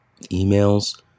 Emails